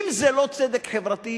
אם זה לא צדק חברתי,